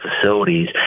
facilities